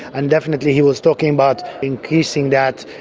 and definitely he was talking about increasing that,